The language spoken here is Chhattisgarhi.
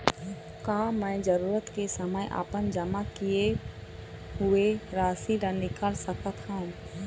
का मैं जरूरत के समय अपन जमा किए हुए राशि ला निकाल सकत हव?